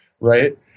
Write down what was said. Right